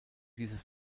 dieses